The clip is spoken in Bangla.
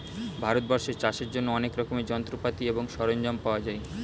ভারতবর্ষে চাষের জন্য অনেক রকমের যন্ত্রপাতি এবং সরঞ্জাম পাওয়া যায়